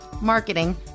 marketing